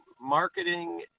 marketing